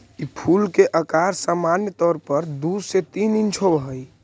ई फूल के अकार सामान्य तौर पर दु से तीन इंच होब हई